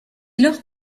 lors